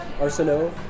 Arsenal